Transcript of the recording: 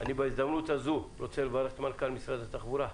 אני בהזדמנות הזו רוצה לברך את מנכ"ל משרד התחבורה,